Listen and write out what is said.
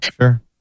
sure